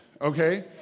Okay